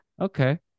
Okay